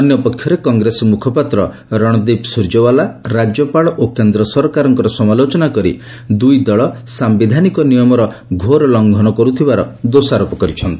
ଅନ୍ୟପକ୍ଷରେ କଂଗ୍ରେସ ମୁଖପାତ୍ର ରଣଦୀପ ସୂର୍ଯ୍ୟଓ୍ୱାଲା ରାଜ୍ୟପାଳ ଓ କେନ୍ଦ୍ର ସରକାରଙ୍କର ସମାଲୋଚନା କରି ଦୁଇଦଳ ସାୟିଧାନିକ ନିୟମର ଘୋର ଲଂଘନ କରୁଥିବାର ଦୋଷାରୋପ କରିଛନ୍ତି